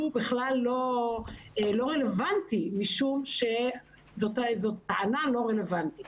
זה בכלל לא רלוונטי משום שזאת טענה לא רלוונטית